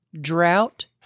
drought